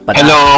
Hello